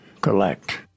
collect